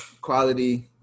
quality